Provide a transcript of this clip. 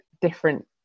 different